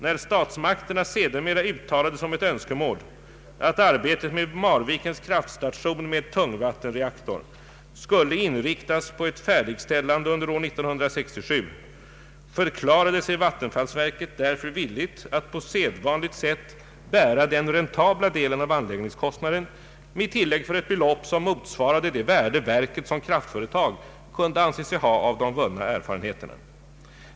När statsmakterna sedermera uttalade som ett önskemål att arbetet med Marvikens kraftstation med tungvattenreaktor skulle inriktas på ett färdigställande under år 1967, förklarade sig vattenfallsverket därför villigt att på sedvanligt sätt bära den räntabla delen av anläggningskostnaden med tilllägg för ett belopp som motsvarade det värde verket som kraftföretag kunde anse sig ha av vunna erfarenheter.